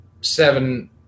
seven